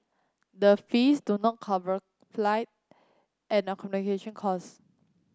the fees do not cover flight and accommodation costs